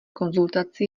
konzultaci